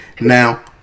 Now